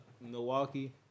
Milwaukee